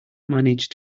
manage